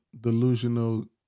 delusional